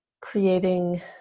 creating